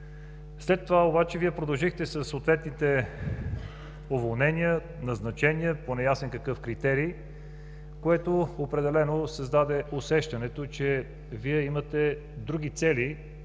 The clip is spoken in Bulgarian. След това обаче Вие продължихте със съответните уволнения, назначения по неясен критерий, което определено създаде усещането, че Вие имате други цели,